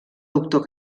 doctor